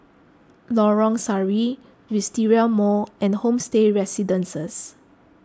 Lorong Sari Wisteria Mall and Homestay Residences